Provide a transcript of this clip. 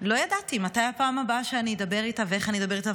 לא ידעתי מתי הפעם הבאה שאני אדבר איתה ואיך אני אדבר איתה.